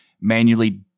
manually